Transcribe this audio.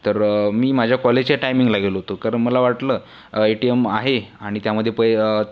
तर मी माझ्या कॉलेजच्या टाईमिंगला गेलो होतो कारण मला वाटलं ए टी एम आहे आणि त्यामध्ये पै आ